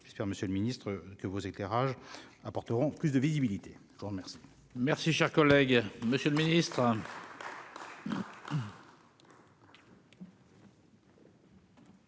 j'espère, Monsieur le Ministre, que vos éclairages apporteront plus de visibilité, je vous remercie. Merci, cher collègue, Monsieur le Ministre.